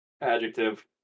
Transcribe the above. Adjective